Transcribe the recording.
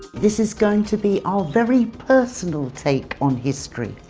this is going to be our very personal take on history.